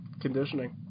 conditioning